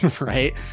right